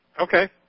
Okay